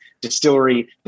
distillery